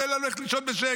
תן לנו ללכת לישון בשקט.